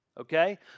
Okay